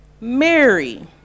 Mary